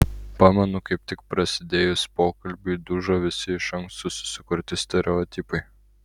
pamenu kaip tik prasidėjus pokalbiui dužo visi iš anksto susikurti stereotipai